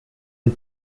and